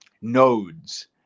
nodes